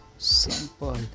Simple